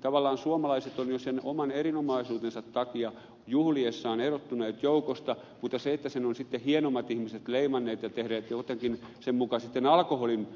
tavallaan suomalaiset ovat jo sen oman erinomaisuutensa takia juhliessaan erottuneet joukosta mutta se että sen ovat sitten hienommat ihmiset leimanneet ja tehneet sen jotenkin muka alkoholin